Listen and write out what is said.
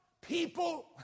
people